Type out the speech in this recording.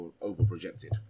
over-projected